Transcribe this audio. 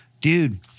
Dude